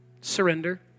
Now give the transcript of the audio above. Surrender